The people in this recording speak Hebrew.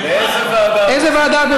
לאיזה ועדה את רוצה?